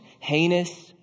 heinous